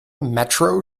metro